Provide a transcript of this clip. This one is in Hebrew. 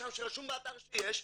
שרשום באתר שיש,